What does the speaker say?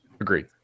Agreed